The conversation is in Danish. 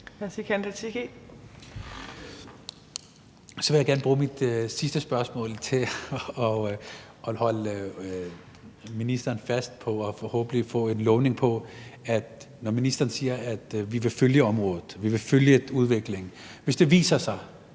Så vil jeg gerne bruge mit sidste spørgsmål på at holde ministeren fast på og forhåbentlig få en lovning på det, ministeren siger, om, at man vil følge området, og at man vil følge udviklingen. Hvis det viser sig